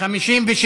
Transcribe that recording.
אנחנו בעד,